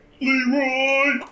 leroy